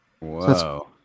Wow